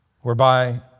whereby